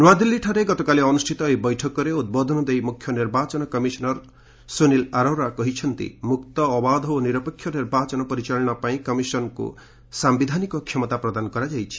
ନୂଆଦିଲ୍ଲୀଠାରେ ଗତକାଲି ଅନୁଷ୍ଠିତ ଏହି ବୈଠକରେ ଉଦ୍ବୋଧନ ଦେଇ ମୁଖ୍ୟ ନିର୍ବାଚନ କମିଶନର ସୁନୀଲ ଅରୋରା କହିଛନ୍ତି ମୁକ୍ତ ଅବାଧ ଓ ନିରପେକ୍ଷ ନିର୍ବାଚନ ପରିଚାଳନା ପାଇଁ କମିଶନକୁ ସାୟିଧାନିକ କ୍ଷମତା ପ୍ରଦାନ କରାଯାଇଛି